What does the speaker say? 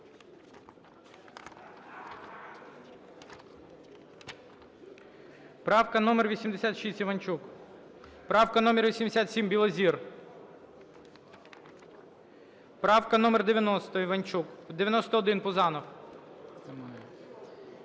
Правка номер 86, Іванчук. Правка номер 87, Білозір. Правка номер 90, Іванчук. 91, Пузанов.